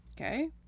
okay